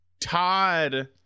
Todd